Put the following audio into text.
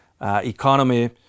economy